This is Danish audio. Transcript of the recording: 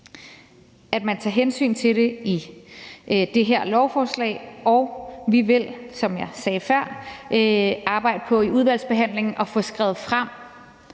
at man tager hensyn til det i det her lovforslag, og vi vil, som jeg sagde før, i udvalgsbehandlingen arbejde